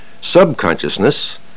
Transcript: Subconsciousness